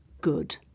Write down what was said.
good